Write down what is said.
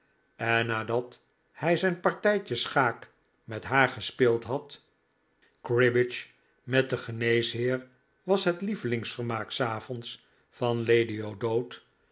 en nadat hij zijn partijtje schaak met haar gespeeld had cribbage met den geneesheer was het lievelingsvermaak s avonds van lady o'dowd